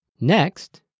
Next